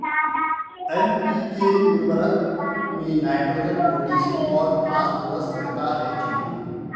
NPK उर्वरक में nitrogen potassium और फास्फोरस रहता है चिंटू